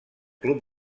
club